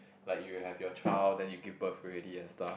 like you have your child then you give birth already and stuff